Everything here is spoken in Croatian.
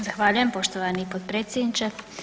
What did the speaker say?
Zahvaljujem, poštovani potpredsjedniče.